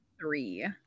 three